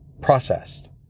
processed